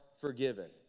forgiven